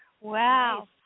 Wow